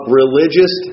religious